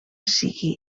sigui